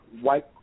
white